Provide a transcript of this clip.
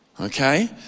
okay